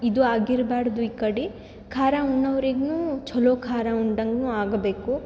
ಇದು ಆಗಿರ್ಬಾರ್ದು ಈ ಕಡೆ ಖಾರ ಉಣ್ಣೋವ್ರಿಗೂ ಛಲೋ ಖಾರ ಉಂಡಂಗು ಆಗಬೇಕು